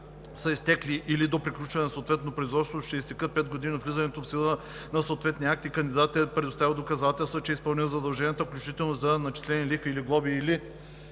изпълнил задълженията, включително за начислени лихви или глоби, или